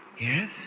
Yes